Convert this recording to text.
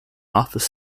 office